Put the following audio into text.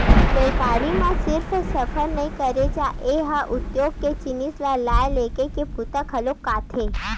रेलगाड़ी म सिरिफ सफर नइ करे जाए ए ह उद्योग के जिनिस ल लाए लेगे के बूता घलोक आथे